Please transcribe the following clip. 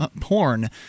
porn